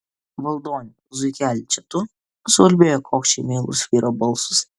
valdone zuikeli čia tu suulbėjo kokčiai meilus vyro balsas